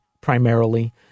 primarily